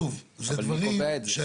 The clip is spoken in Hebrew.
אבל מי קובע את זה?